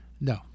No